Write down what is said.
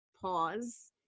pause